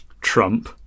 Trump